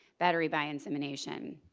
battery by insemination.